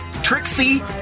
Trixie